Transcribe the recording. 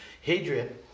Hadrian